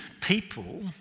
people